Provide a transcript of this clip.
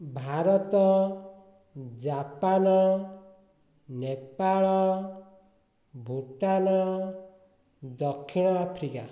Bharat Japan Nepal Bhutan ଦକ୍ଷିଣ Africa